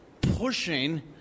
pushing